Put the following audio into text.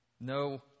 No